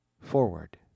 forward